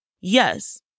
Yes